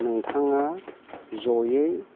नोंथाङा ज'यै